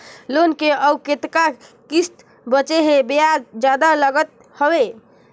Loan के अउ कतका किस्त बांचें हे? ब्याज जादा लागत हवय,